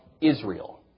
Israel